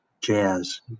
jazz